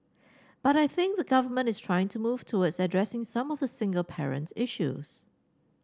but I think the government is trying to move towards addressing some of the single parent issues